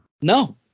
No